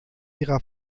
ihrer